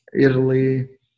Italy